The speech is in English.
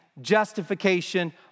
justification